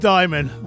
Diamond